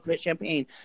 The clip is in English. champagne